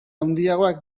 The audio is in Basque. handiagoak